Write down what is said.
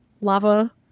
lava